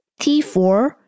T4